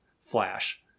Flash